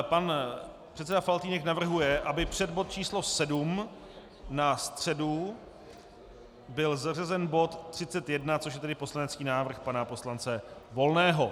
Pan předseda Faltýnek navrhuje, aby před bod číslo 7 na středu byl zařazen bod 31, což je poslanecký návrh pana poslance Volného.